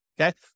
Okay